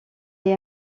est